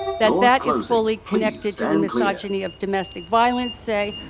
that that is fully connected to the misogyny of domestic violence, say,